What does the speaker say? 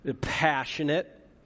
passionate